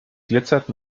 glitzert